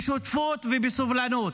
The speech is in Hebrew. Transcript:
בשותפות ובסובלנות.